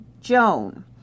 Joan